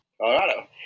Colorado